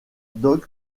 dog